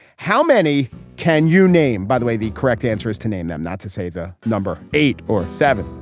how many can you name? by the way, the correct answer is to name them, not to say the number eight or seven.